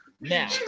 now